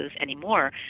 anymore